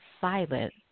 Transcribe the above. silent